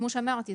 כמו שאמרתי,